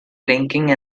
blinking